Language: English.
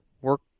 work